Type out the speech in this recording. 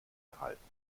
erhalten